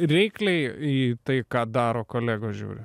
reikliai į tai ką daro kolegos žiūri